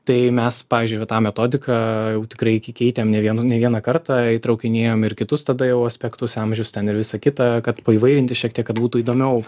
tai mes pavyzdžiui va tą metodiką jau tikrai ke keitėm ne vienu ne vieną kartą įtraukinėjom ir kitus tada jau aspektus amžius ten ir visa kita kad paįvairinti šiek tiek kad būtų įdomiau